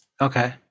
Okay